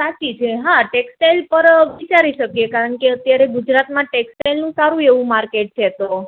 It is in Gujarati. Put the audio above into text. સાચી છે હા ટેક્સટાઇલ પર વિચારી શકીએ કારણકે અત્યારે ગુજરાતમાં ટેક્સટાઇલનું સારું એવું માર્કેટ છે તો